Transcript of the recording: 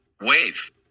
Wave